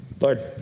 Lord